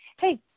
hey